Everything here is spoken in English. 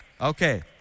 Okay